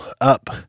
up